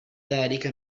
ذلك